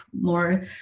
more